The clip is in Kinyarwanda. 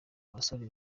abasore